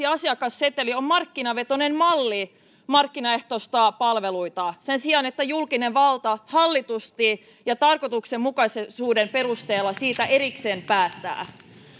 asiakasseteli on markkinavetoinen malli markkinaehtoistaa palveluita sen sijaan että julkinen valta hallitusti ja tarkoituksenmukaisuuden perusteella siitä erikseen päättää